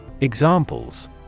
Examples